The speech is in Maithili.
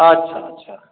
अच्छा अच्छा